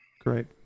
Great